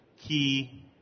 key